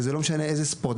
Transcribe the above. ולא משנה איזה ספורט,